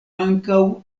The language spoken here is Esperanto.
ankaŭ